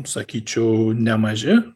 sakyčiau nemaži